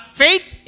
faith